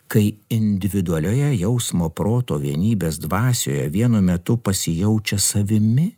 kai individualioje jausmo proto vienybės dvasioje vienu metu pasijaučia savimi